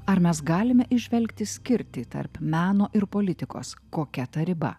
ar mes galime įžvelgti skirtį tarp meno ir politikos kokia ta riba